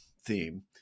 theme